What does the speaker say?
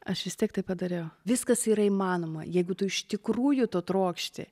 aš vis tiek taip padariau viskas yra įmanoma jeigu tu iš tikrųjų to trokšti